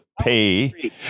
pay